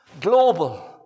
global